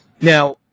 Now